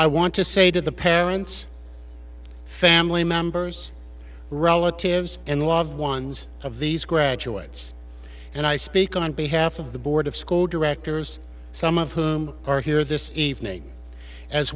i want to say to the parents family members relatives and loved ones of these graduates and i speak on behalf of the board of directors some of whom are here this evening as